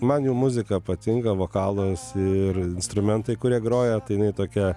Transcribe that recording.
man jų muzika patinka vokalas ir instrumentai kurie groja tai jinai tokia